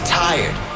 tired